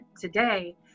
today